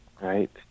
Right